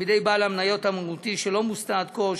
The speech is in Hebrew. שבידי בעל המניות המהותי שלא מוסתה עד כה,